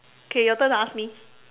okay your turn to ask me